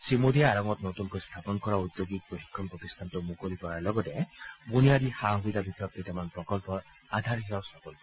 শ্ৰীমোডীয়ে আৰঙত নতুনকৈ স্থাপন কৰা ঔদ্যোগিক প্ৰশিক্ষণ প্ৰতিষ্ঠানটো মুকলি কৰাৰ লগতে বুনিয়াদী সা সুবিধা বিষয়ক কেইটামান প্ৰকল্পৰ আধাৰশিলাও স্থাপন কৰিব